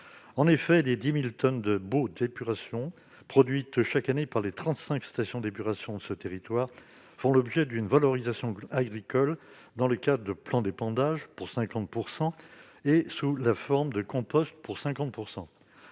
En effet, les 10 000 tonnes produites chaque année par les 35 stations d'épuration de ce territoire font l'objet d'une valorisation agricole dans le cadre de plans d'épandage, pour 50 %, et sous la forme de compost, pour 50 %.